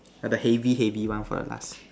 ah the heavy heavy one for the last